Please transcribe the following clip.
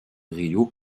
rio